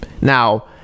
Now